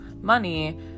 money